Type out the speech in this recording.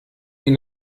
den